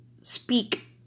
speak